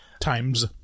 Times